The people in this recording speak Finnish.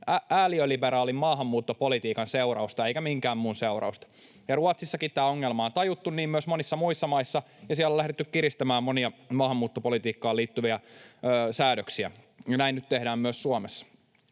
ääliöliberaalin maahanmuuttopolitiikan seurausta eikä minkään muun seurausta, ja Ruotsissakin tämä ongelma on tajuttu, niin myös monissa muissa maissa, ja siellä on lähdetty kiristämään monia maahanmuuttopolitiikkaan liittyviä säädöksiä, ja näin nyt tehdään myös Suomessa.